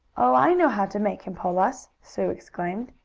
oh, i know how to make him pull us! sue exclaimed.